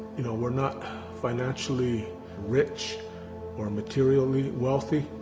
you know we're not financially rich or materially wealthy.